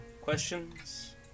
questions